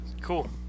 Cool